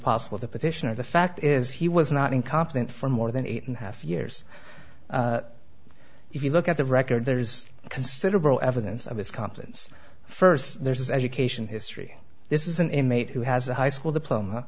possible the petitioner the fact is he was not incompetent for more than eight and half years if you look at the record there is considerable evidence of his competence first there's education history this is an inmate who has a high school diploma